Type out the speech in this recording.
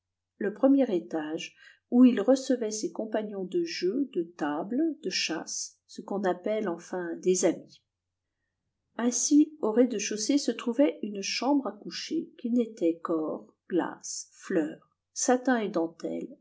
le premier étage où il recevait ses compagnons de jeu de table de chasse ce qu'on appelle enfin des amis ainsi au rez-de-chaussée se trouvaient une chambre à coucher qui n'était qu'or glaces fleurs satin et dentelles